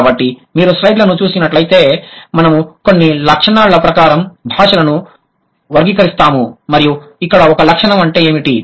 కాబట్టి మీరు స్లైడ్లను చూసినట్లైతే మనము కొన్ని లక్షణాల ప్రకారం భాషలను వర్గీకరిస్తాము మరియు ఇక్కడ ఒక లక్షణం అంటే ఏమిటి